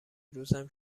روزم